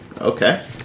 Okay